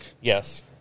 Yes